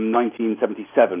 1977